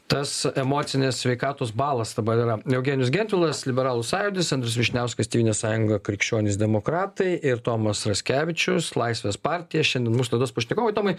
tas emocinės sveikatos balas dabar yra eugenijus gentvilas liberalų sąjūdis andrius vyšniauskas tėvynės sąjunga krikščionys demokratai ir tomas raskevičius laisvės partija šiandien mūsų laidos pašnekovai tomai